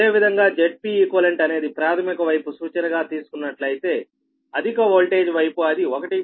అదేవిధంగా Zpeq అనేది ప్రాథమిక వైపు సూచనగా తీసుకున్నట్లయితే అధిక ఓల్టేజి వైపు అది 1